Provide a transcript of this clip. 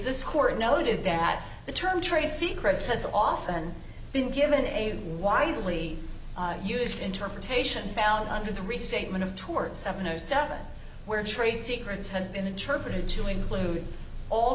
this court noted that the term trade secrets has often been given a widely used interpretation found under the restatement of toured seven zero seven where trade secrets has been interpreted to include all